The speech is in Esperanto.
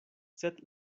sed